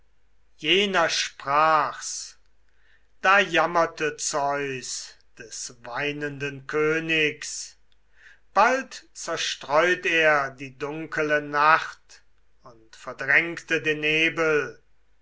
jener sprach's da jammerte zeus des weinenden königs bald zerstreut er die dunkele nacht und verdrängte den nebel